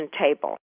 table